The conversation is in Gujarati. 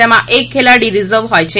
જેમાં એક ખેલાડી રીઝર્વ હોય છે